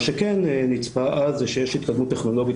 מה שכן נצפה אז זה שיש התקדמות טכנולוגית